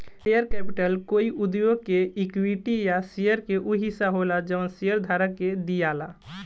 share capital कोई उद्योग के इक्विटी या शेयर के उ हिस्सा होला जवन शेयरधारक के दियाला